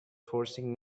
forcing